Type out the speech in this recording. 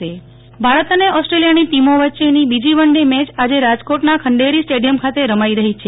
પ નેહલઠક્કર ભારત અને ઓસ્ટ્રેલિયાની ટીમો વચ્ચેની બીજી વનડે મેચ આજે રાજકોટના ખંડેરી સ્ટેડિયમ ખાતે રમાઈ રહ્યી છે